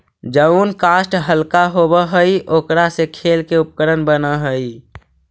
जउन काष्ठ हल्का होव हई, ओकरा से खेल के उपकरण बनऽ हई